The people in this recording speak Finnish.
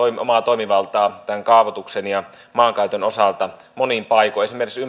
omaa toimivaltaa tämän kaavoituksen ja maankäytön osalta monin paikoin esimerkiksi